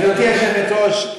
גברתי היושבת-ראש,